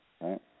right